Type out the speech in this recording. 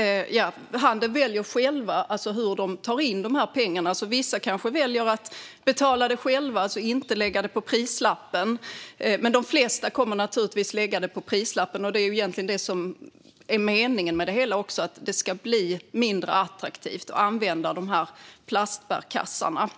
Inom handeln väljer man själv hur man tar in pengarna. Vissa kanske väljer att betala in skatten själva och att inte lägga den på prislappen. Men de flesta kommer naturligtvis att lägga den på prislappen, och det är ju egentligen det som är meningen med det hela: Det ska bli mindre attraktivt att använda plastbärkassarna.